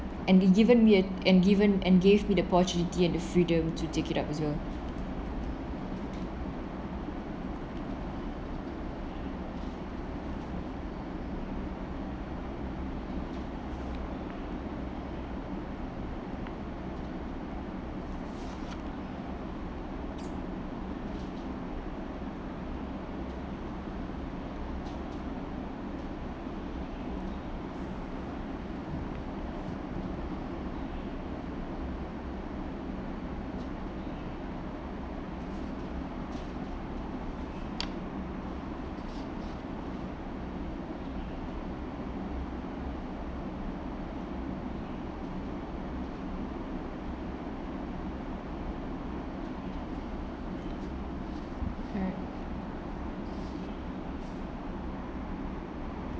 and the given me and given and gave me the opportunity and the freedom to take it up as well